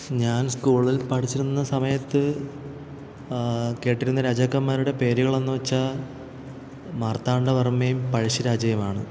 ഞാന് സ്കൂളില് പഠിച്ചിരുന്ന സമയത്ത് കേട്ടിരുന്ന രാജാക്കന്മാരുടെ പേരുകളെന്നു വച്ചാൽ മാര്ത്താണ്ഡവര്മ്മയും പഴശ്ശിരാജയുമാണ്